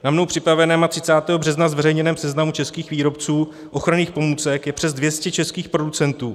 Na mnou připraveném a 30. března zveřejněném seznamu českých výrobců ochranných pomůcek je přes 200 českých producentů.